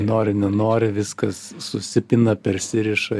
nori nenori viskas susipina persiriša